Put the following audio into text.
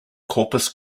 corpus